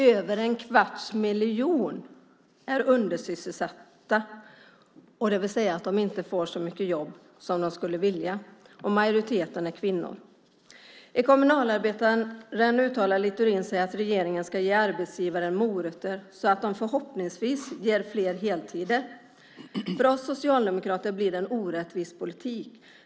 Över en kvarts miljon är undersysselsatta. Det vill säga att de inte får jobba så mycket som de skulle vilja. Majoriteten är kvinnor. I Kommunalarbetaren uttalar Littorin att regeringen ska ge arbetsgivarna morötter, så att de förhoppningsvis ger fler heltidsanställning. För oss socialdemokrater blir det en orättvis politik.